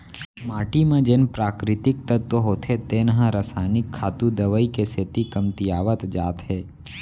माटी म जेन प्राकृतिक तत्व होथे तेन ह रसायनिक खातू, दवई के सेती कमतियावत जात हे